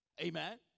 amen